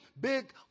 big